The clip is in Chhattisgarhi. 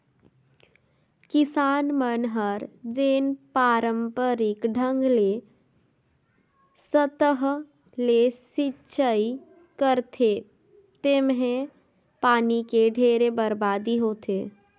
किसान मन हर जेन पांरपरिक ढंग ले सतह ले सिचई करथे तेम्हे पानी के ढेरे बरबादी होथे